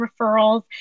referrals